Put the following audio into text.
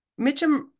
Mitchum